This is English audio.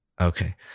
Okay